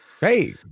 hey